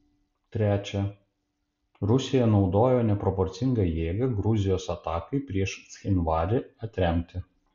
trečia rusija naudojo neproporcingą jėgą gruzijos atakai prieš cchinvalį atremti